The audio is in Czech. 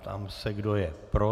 Ptám se, kdo je pro.